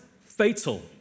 fatal